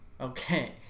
Okay